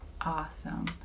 awesome